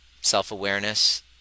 self-awareness